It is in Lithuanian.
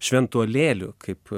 šventuolėlių kaip